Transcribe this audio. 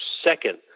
second